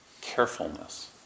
carefulness